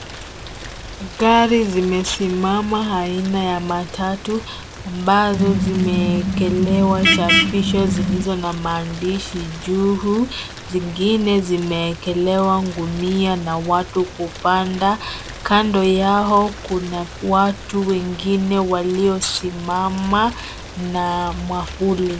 Gari zimesimama aina ya matatu ambazo zimeekelewa chapisho zilizo na maandishi juu, zingine zimeekelewa gunia na watu kupanda. Kando yao kuna watu wengine waliosimama na mwavuli.